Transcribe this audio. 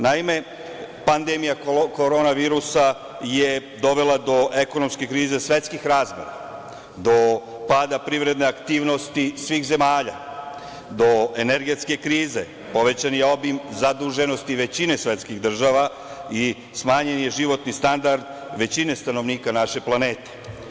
Naime, pandemija korona virusa je dovela do ekonomske krize svetskih razmera, do pada privredne aktivnosti svih zemalja, do energetske krize, povećan je obim zaduženosti većine svetskih država i smanjen je životni standard većine stanovnika naše planete.